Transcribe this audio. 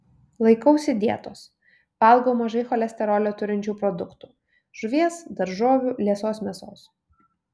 laikausi dietos valgau mažai cholesterolio turinčių produktų žuvies daržovių liesos mėsos